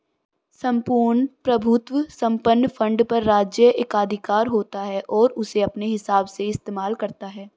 सम्पूर्ण प्रभुत्व संपन्न फंड पर राज्य एकाधिकार होता है और उसे अपने हिसाब से इस्तेमाल करता है